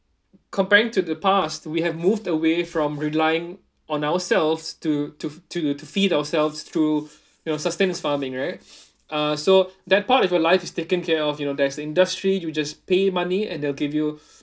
comparing to the past we have moved away from relying on ourselves to to to to feed ourselves through you know sustenance farming right uh so that part of your life is taken care of you know there's an industry you just pay money and they'll give you